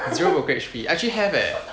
zero brokerage fee actually have eh